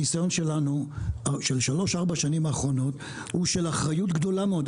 הניסיון שלנו של 3-4 שנים האחרונות הוא של אחריות גדולה מאוד,